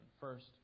First